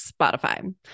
Spotify